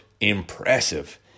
impressive